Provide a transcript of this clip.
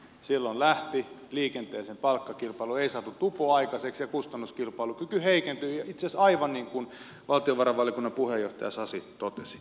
silloin lähti liikenteeseen palkkakilpailu ei saatu tupoa aikaiseksi ja kustannuskilpailukyky heikentyi itse asiassa aivan niin kuin valtiovarainvaliokunnan puheenjohtaja sasi totesi